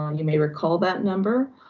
um you may recall that number.